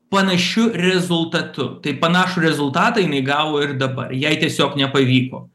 panašiu rezultatu tai panašų rezultatą jinai gavo ir dabar jai tiesiog nepavyko